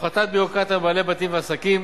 הפחתת ביורוקרטיה מבעלי-בתים ועסקים,